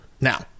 Now